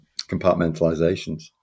compartmentalizations